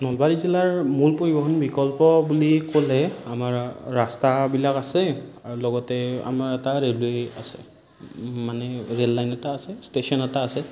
নলবাৰী জিলাৰ মূল পৰিবহণ বিকল্প বুলি ক'লে আমাৰ ৰাস্তাবিলাক আছে আৰু লগতে আমাৰ এটা ৰেলৱে আছে মানে ৰেল লাইন এটা আছে ষ্টেচন এটা আছে